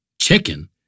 Chicken